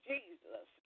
Jesus